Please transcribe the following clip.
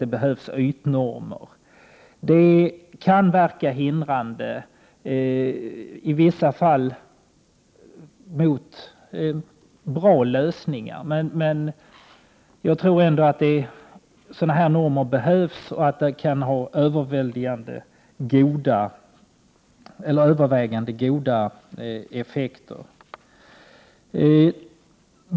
Det kan i vissa fall verka hindrande när det gäller att få bra lösningar, men jag tror ändå att det behövs sådana här normer och att de kan ha övervägande goda effekter.